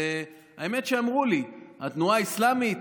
והאמת שאמרו לי, התנועה האסלאמית,